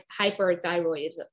hyperthyroidism